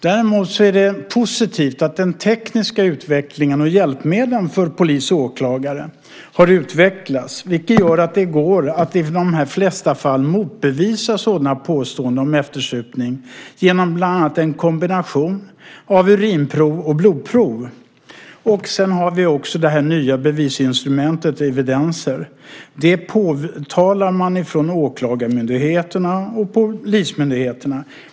Däremot är det positivt att den tekniska utvecklingen och hjälpmedlen för polis och åklagare har utvecklats, vilket gör att det i de flesta fall går att motbevisa sådana påståenden om eftersupning genom bland annat en kombination av urinprov och blodprov. Sedan har vi också det nya bevisinstrumentet, Evidenzer, som man påtalar från åklagarmyndigheterna och polismyndigheterna.